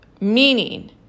meaning